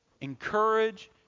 encourage